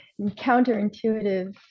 counterintuitive